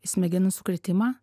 smegenų sukrėtimą